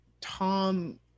Tom